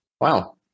Wow